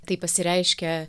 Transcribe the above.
tai pasireiškia